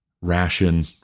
ration